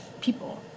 people